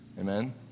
Amen